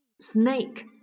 snake